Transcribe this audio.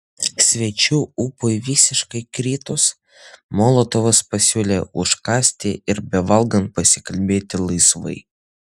svečių ūpui visiškai kritus molotovas pasiūlė užkąsti ir bevalgant pasikalbėti laisvai